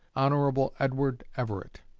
hon. edward everett.